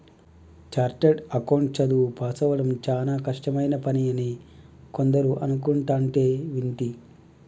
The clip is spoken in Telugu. చార్టెడ్ అకౌంట్ చదువు పాసవ్వడం చానా కష్టమైన పని అని కొందరు అనుకుంటంటే వింటి